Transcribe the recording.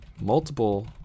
multiple